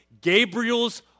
Gabriel's